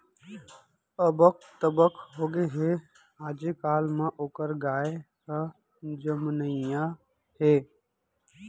अबक तबक होगे हे, आजे काल म ओकर गाय ह जमनइया हे